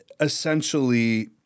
essentially